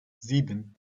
sieben